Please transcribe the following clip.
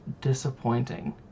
disappointing